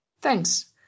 Thanks